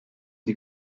die